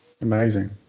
Amazing